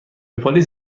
پلیس